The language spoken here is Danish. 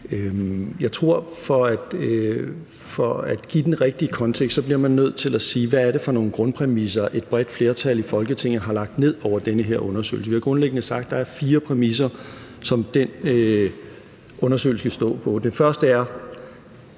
Jeg tror, at for at give den rigtige kontekst bliver man nødt til at spørge: Hvad er det for nogle grundpræmisser, et bredt flertal i Folketinget har lagt ned over den her undersøgelse? Vi har sagt, at der grundlæggende er fire præmisser, som den undersøgelse skal stå på. Den første er,